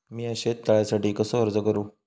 मीया शेत तळ्यासाठी कसो अर्ज करू?